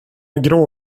grå